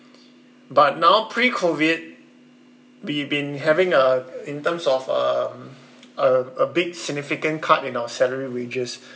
but now pre COVID we've been having a in terms of uh a a big significant cut in our salary wages